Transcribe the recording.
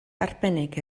arbennig